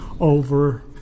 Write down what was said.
over